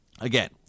again